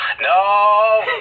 No